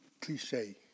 cliche